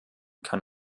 kann